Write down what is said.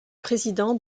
président